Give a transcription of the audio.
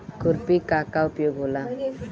खुरपी का का उपयोग होला?